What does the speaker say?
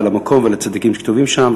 למקום ולצדיקים שקבורים שם.